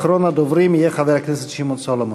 אחרון הדוברים יהיה חבר הכנסת שמעון סולומון.